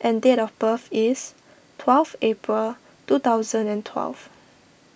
and date of birth is twelve April two thousand and twelve